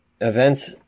events